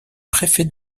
préfet